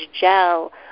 gel